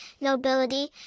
nobility